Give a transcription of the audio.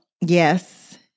Yes